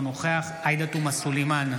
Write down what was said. אינו נוכח עאידה תומא סלימאן,